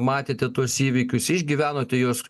matėte tuos įvykius išgyvenote juos